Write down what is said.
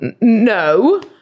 No